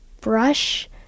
brush